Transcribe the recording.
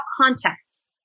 context